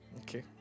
Okay